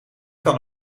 kan